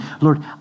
Lord